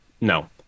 no